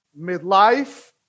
midlife